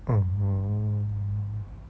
um